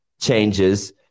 changes